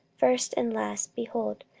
first and last, behold,